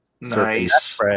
Nice